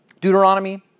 Deuteronomy